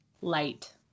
light